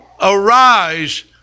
arise